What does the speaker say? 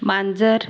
मांजर